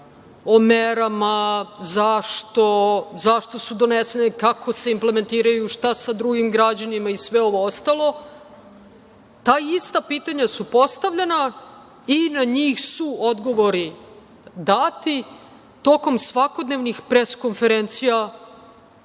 o merama, zašto su donesene, kako se implementiraju, šta sa drugim građanima i sve ovo ostalo, ta ista pitanja su postavljanja i na njih su odgovori dati tokom svakodnevnih pres-konferencija,